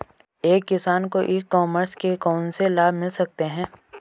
एक किसान को ई कॉमर्स के कौनसे लाभ मिल सकते हैं?